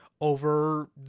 over